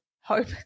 hope